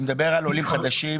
הוא מדבר על עולים חדשים,